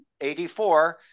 84